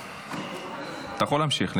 שאתה יכול להמשיך.